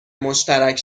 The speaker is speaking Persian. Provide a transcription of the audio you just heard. مشترک